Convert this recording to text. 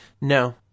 No